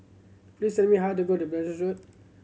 please tell me how to go to Belilios Road